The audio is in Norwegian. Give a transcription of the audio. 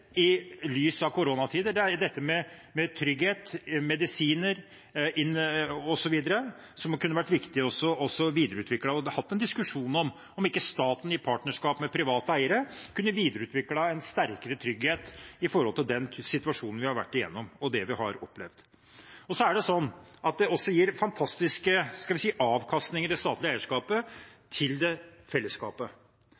i lys av koronasituasjonen, er dette med trygghet, medisiner osv. Det kunne vært nyttig å videreutvikle og hatt en diskusjon om ikke staten i partnerskap med private eiere kunne videreutviklet en sterkere trygghet med tanke på den situasjonen vi har vært igjennom, og det vi har opplevd. Det statlige eierskapet gir også fantastiske – skal vi si – avkastninger til fellesskapet. Bare på næringsministerens område er det